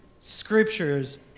scriptures